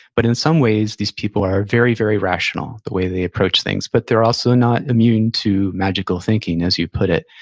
but in some ways, these people are very, very rational, the way they approach things, but they're also not immune to magical thinking, as you put it.